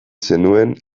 zenuen